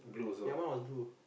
ya mine was blue